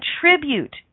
contribute